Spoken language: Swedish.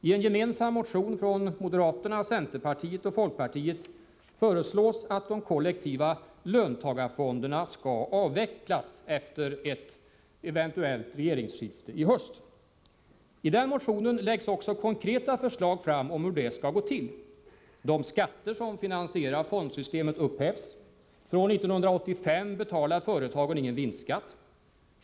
I en gemensam motion från moderaterna, centerpartiet och folkpartiet föreslås att de kollektiva löntagarfonderna skall avvecklas efter ett eventuellt regeringsskifte i höst. I motionen lägger vi också fram konkreta förslag till hur detta skall gå till. De skatter som finansierar fondsystemet upphävs. Från 1985 betalar företagen ingen vinstskatt.